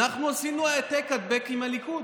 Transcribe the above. אנחנו עשינו פה העתק-הדבק עם הליכוד.